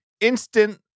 instant